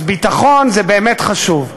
אז ביטחון זה באמת חשוב,